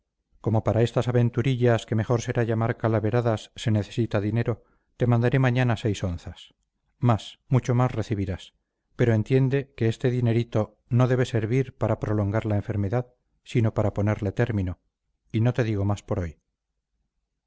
como para estas aventurillas que mejor será llamar calaveradas se necesita dinero te mandaré mañana seis onzas más mucho más recibirás pero entiende que este dinerito no debe servir para prolongar la enfermedad sino para ponerle término y no te digo más por hoy